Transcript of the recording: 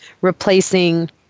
replacing